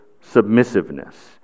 submissiveness